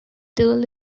told